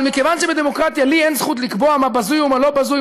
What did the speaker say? אבל מכיוון שבדמוקרטיה לי אין זכות לקבוע מה בזוי ומה לא בזוי,